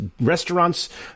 restaurants